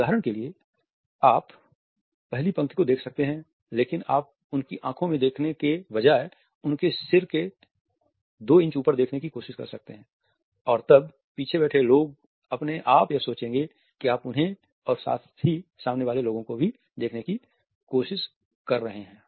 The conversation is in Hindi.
उदाहरण के लिए आप पहली पंक्ति को देख सकते हैं लेकिन आप उनकी आँखों में देखने के बजाय आप उनके सिर से दो इंच ऊपर देखने की कोशिश कर सकते हैं और तब पीछे बैठे लोग अपने आप यह सोचेंगे कि आप उन्हें और साथ ही सामने वाले लोगों को भी देखने की कोशिश कर रहे हैं